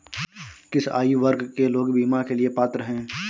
किस आयु वर्ग के लोग बीमा के लिए पात्र हैं?